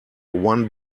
one